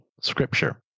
scripture